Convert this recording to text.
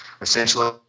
essentially